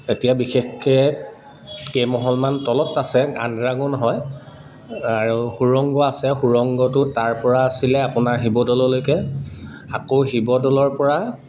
এতিয়া বিশেষকে কেই মহলমান তলত আছে আণ্ডাৰগাউন হয় আৰু সুৰংগ আছে সুৰংগটো তাৰ পৰা আছিলে আপোনাৰ শিৱদৌললৈকে আকৌ শিৱদৌলৰ পৰা